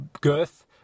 girth